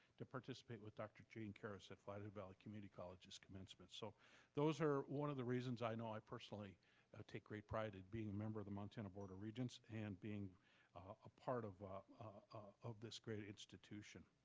to participate with dr. jane karas at flathead valley community college's commencement. so those are one of the reasons, i know i personally take great pride in being member of the montana board of regents and being a part of of this great institution.